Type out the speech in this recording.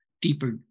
deeper